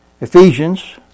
Ephesians